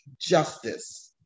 Justice